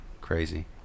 crazy